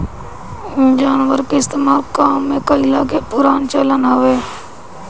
जानवर के इस्तेमाल काम में कइला के पुराना चलन हअ